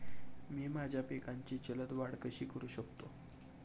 मी माझ्या पिकांची जलद वाढ कशी करू शकतो?